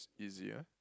easier